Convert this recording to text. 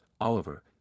Oliver